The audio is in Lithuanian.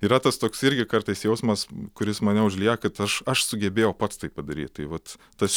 yra tas toks irgi kartais jausmas kuris mane užlieja kad aš aš sugebėjau pats tai padaryt tai vat tas